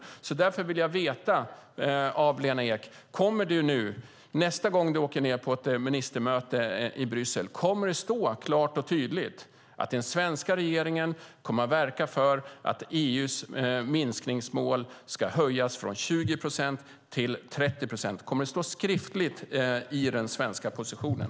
Jag vill därför fråga Lena Ek om det nästa gång hon åker på ett ministermöte i Bryssel klart och tydligt kommer att stå att den svenska regeringen kommer att verka för att EU:s minskningsmål ska höjas från 20 procent till 30 procent. Kommer det att vara den skriftliga svenska positionen?